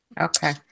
Okay